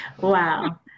wow